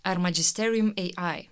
ar magisterium ai